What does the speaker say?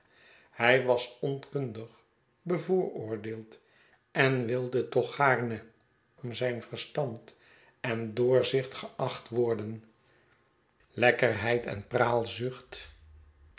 hij was onkundig bevooroordeeld en wilde toch gaarne om zijn verstand en doorzicht geacht worden lekkerheid en